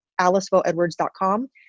AliceVoeEdwards.com